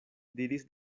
diris